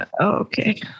Okay